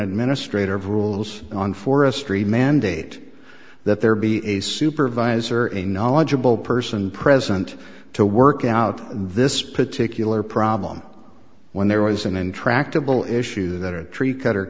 administrative rules on forestry mandate that there be a supervisor in a knowledgeable person present to work out this particular problem when there was an intractable issues that are tree cut